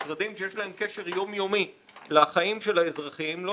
משרדים שיש להם קשר יומיומי לחיים של האזרחים לא